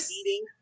eating